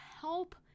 help